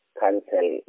cancel